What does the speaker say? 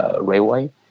railway